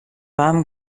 warmen